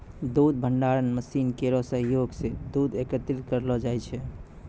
दूध भंडारण मसीन केरो सहयोग सें दूध एकत्रित करलो जाय छै